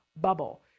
bubble